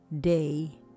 day